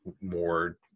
more